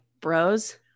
bros